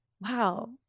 wow